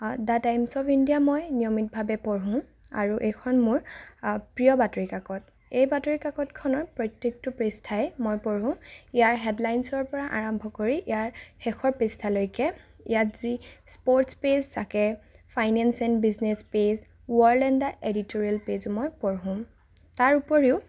da Times of India মই নিয়মিতভাৱে পঢ়োঁ আৰু এইখন মোৰ প্ৰিয় বাতৰিকাকত এই বাতৰিকাকতখনৰ প্ৰত্যেকটো পৃষ্ঠাই মই পঢ়োঁ ইয়াৰ হেড লাইনচ্ৰ পৰা আৰম্ভ কৰি ইয়াৰ শেষৰ পৃষ্ঠালৈকে ইয়াত যি স্পৰ্টচ পেজ থাকে finance and business page world and the editorial পেজো মই পঢ়োঁ তাৰ উপৰিও